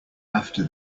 after